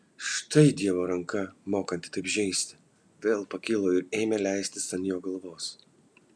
štai dievo ranka mokanti taip žeisti vėl pakilo ir ėmė leistis ant jo galvos